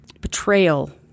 Betrayal